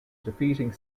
defeating